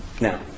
Now